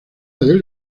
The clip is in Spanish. del